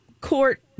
court